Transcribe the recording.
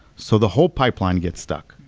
so the whole pipeline gets stuck.